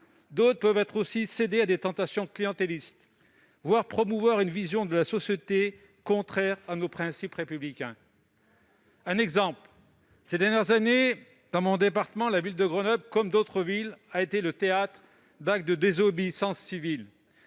d'autres peuvent céder à des tentations clientélistes, voire promouvoir une vision de la société contraire à nos principes républicains. Je veux en prendre un exemple. Ces dernières années, dans mon département, la ville de Grenoble, comme d'autres villes ailleurs en France, a été le théâtre d'actes de désobéissance civile